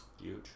Huge